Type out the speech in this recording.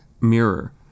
Mirror